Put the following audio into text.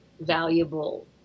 valuable